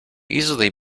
easily